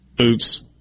Oops